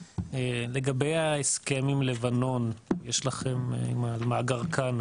לגבי ההסכם עם לבנון יש לכם את מאגר קאנא,